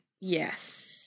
Yes